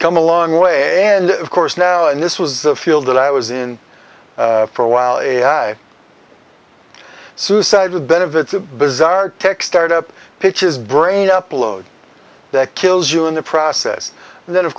come a long way and of course now and this was a field that i was in for a while suicide with benefits a bizarre tech start up pictures brain upload that kills you in the process and then of